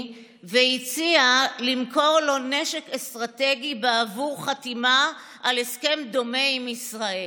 והציע למכור לו נשק אסטרטגי בעבור חתימה על הסכם דומה עם ישראל.